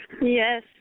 Yes